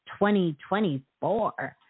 2024